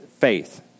faith